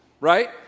Right